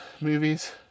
movies